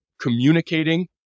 communicating